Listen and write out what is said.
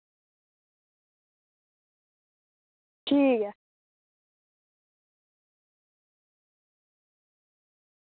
ठीक ऐ